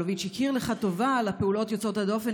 אלוביץ' הכיר לך טובה על הפעולות יוצאות הדופן